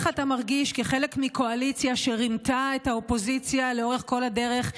איך אתה מרגיש כחלק מקואליציה שרימתה את האופוזיציה לאורך כל הדרך,